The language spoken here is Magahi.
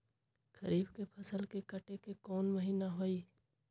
खरीफ के फसल के कटे के कोंन महिना हई?